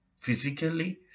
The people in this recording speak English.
physically